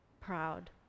proud